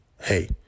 hey